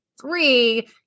three